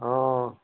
অঁ